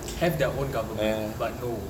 have their own government but no